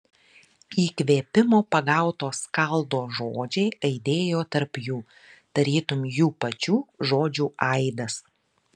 įkvėpimo pagauto skaldo žodžiai aidėjo tarp jų tarytum jų pačių žodžių aidas